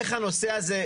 איך הנושא הזה,